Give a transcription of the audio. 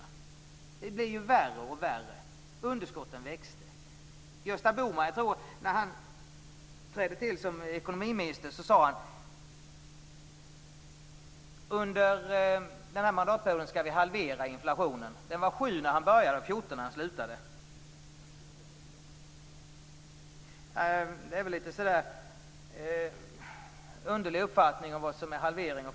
Det blev värre och värre, och underskotten växte. När Gösta Bohman trädde till som ekonomiminister sade han att man under mandatperioden skulle halvera inflationen. Den var 7 % när han började och 14 % när han slutade. Det visar på en underlig uppfattning om vad som är en halvering.